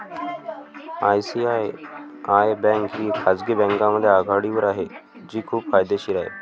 ICICI bank ही खाजगी बँकांमध्ये आघाडीवर आहे जी खूप फायदेशीर आहे